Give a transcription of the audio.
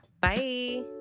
Bye